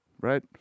right